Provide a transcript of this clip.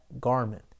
garment